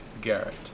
Garrett